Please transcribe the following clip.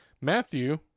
Matthew